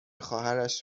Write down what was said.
خواهرش